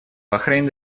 бахрейн